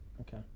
Okay